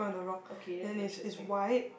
okay that's interesting